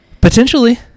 Potentially